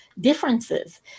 differences